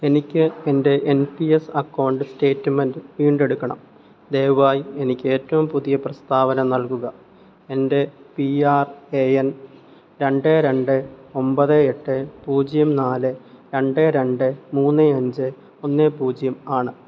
എനിക്ക് എൻ്റെ N P S account statement വീണ്ടെടുക്കണം ദയവായി എനിക്ക് ഏറ്റവും പുതിയ പ്രസ്താവന നൽകുക എൻ്റെ പി ആർ എ എൻ രണ്ട് രണ്ട് ഒമ്പത് എട്ട് പൂജ്യം നാല് രണ്ട് രണ്ട് മൂന്ന് അഞ്ച് ഒന്ന് പൂജ്യം ആണ്